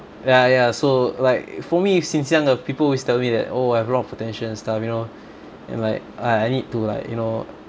ya ya so like for me since young uh people always tell me that oh I have a lot of potential and stuff you know and like I I need to like you know